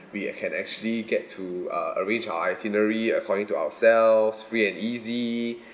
we can actually get to uh arrange our itinerary according to ourselves free and easy